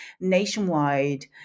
nationwide